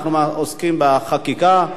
אנחנו עוסקים בחקיקה.